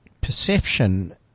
perception